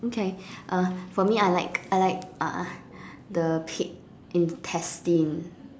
okay uh for me I like I like uh the pig intestine